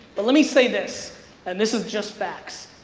but let me say this and this is just facts.